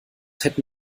hätten